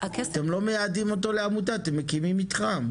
אתם לא מייעדים אותו לעמותה, אתם מקימים מתחם.